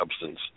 substance